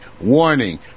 warning